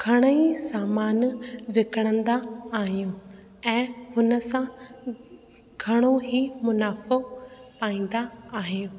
घणेई सामान विकिणंदा आहियूं ऐं हुन सां घणोई मुनाफ़ो पाईंदा आहियूं